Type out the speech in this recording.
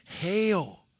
Hail